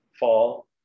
Fall